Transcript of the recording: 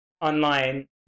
online